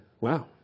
wow